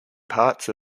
parts